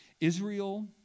Israel